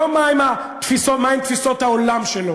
לא מה הן תפיסות העולם שלו,